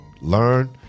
Learn